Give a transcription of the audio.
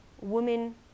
women